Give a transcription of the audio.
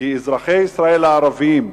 כי אזרחי ישראל הערבים,